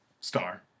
Star